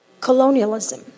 colonialism